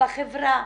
בחברה